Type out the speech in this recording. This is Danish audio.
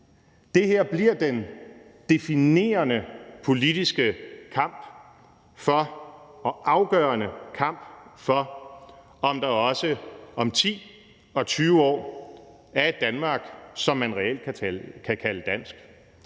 Det her bliver den definerende politiske og afgørende kamp for, at der også om 10 og 20 år er et Danmark, som man reelt kan kalde dansk,